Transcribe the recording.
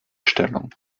stellung